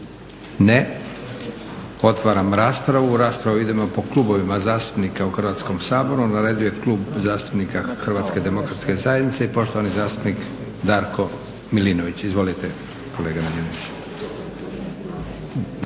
Ne. Otvaram raspravu. U raspravu idemo po klubovima zastupnika u Hrvatskom saboru. Na redu je Klub zastupnika HDZ-a i poštovani zastupnik Darko Milinović. Izvolite kolega Milinović.